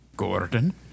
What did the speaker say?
Gordon